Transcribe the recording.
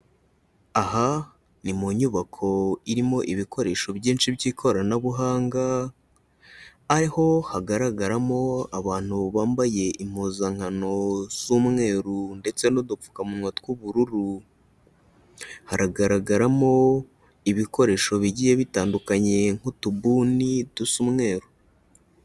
Aha ni mu nyubako irimo ibikoresho byinshi by'ikoranabuhanga, ari ho hagaragaramo abantu bambaye impuzankano z'umweru ndetse n'udupfukamunwa tw'ubururu, haragaragaramo ibikoresho bigiye bitandukanye nk'utubuni dusa umweruru.